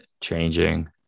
changing